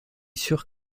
sûr